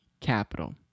Capital